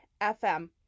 FM